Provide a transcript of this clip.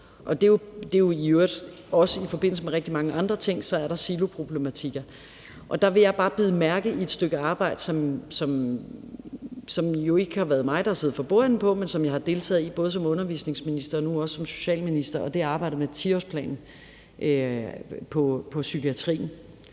er der jo også i forbindelse med rigtig mange andre ting siloproblematikker, og der vil jeg bare bide mærke i et stykke arbejde, som det jo ikke har været mig der har siddet for bordenden ved, men som jeg har deltaget i, både som undervisningsminister og nu også som socialminister. Det er arbejdet med 10-årsplanen for psykiatrien.